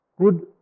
good